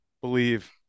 Believe